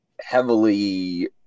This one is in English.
heavily